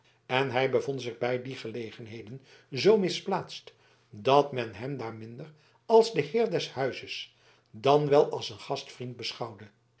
en hij bevond zich bij die gelegenheden zoo misplaatst dat men hem daar minder als den heer des huizes dan wel als een gastvriend beschouwde